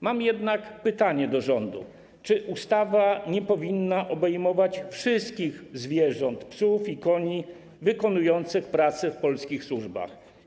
Mam jednak pytanie do rządu: Czy ustawa nie powinna obejmować wszystkich zwierząt: psów i koni wykonujących prace w polskich służbach?